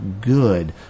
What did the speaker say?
good